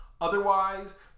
Otherwise